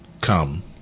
Come